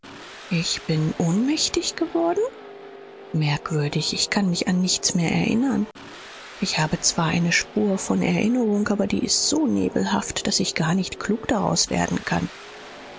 ich bin ohnmächtig geworden merkwürdig ich kann mich an nichts mehr erinnern ich habe zwar eine spur von erinnerung aber die ist so nebelhaft daß ich gar nicht klug daraus werden kann